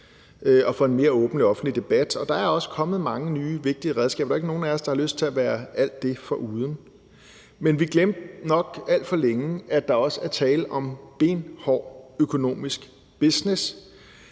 at have en mere åben offentlig debat, og der er også kommet mange nye vigtige redskaber. Der er jo ikke nogen af os, der har lyst til at være alt det foruden, men vi glemte nok alt for længe, at der også er tale om benhård økonomisk business,